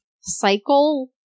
cycle